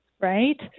right